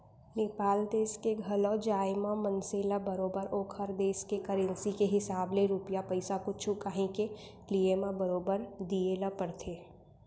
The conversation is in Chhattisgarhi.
नेपाल देस के घलौ जाए म मनसे ल बरोबर ओकर देस के करेंसी के हिसाब ले रूपिया पइसा कुछु कॉंही के लिये म बरोबर दिये ल परथे